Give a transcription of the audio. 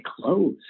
clothes